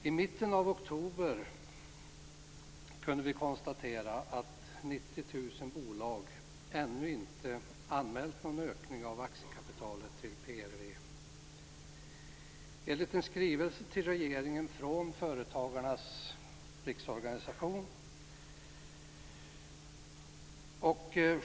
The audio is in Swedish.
I mitten av oktober kunde vi konstatera att 90 000 bolag ännu inte hade anmält någon ökning av aktiekapitalet till PRV, enligt en skrivelse till regeringen från Företagarnas riksorganisation.